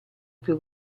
più